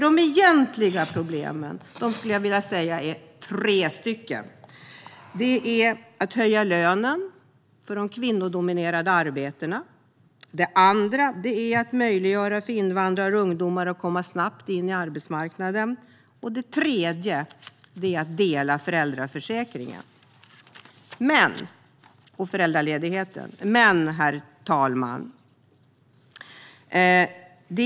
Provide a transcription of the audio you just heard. De egentliga problemen, skulle jag vilja säga, är tre stycken: att höja lönen för de kvinnodominerade yrkena, att möjliggöra för invandrare och ungdomar att snabbt komma in på arbetsmarknaden och att dela föräldraförsäkringen och föräldraledigheten. Herr talman!